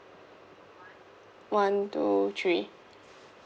one two three